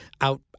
out